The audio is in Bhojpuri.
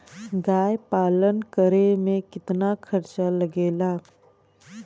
गाय पालन करे में कितना खर्चा लगेला?